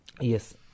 yes